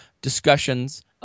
discussions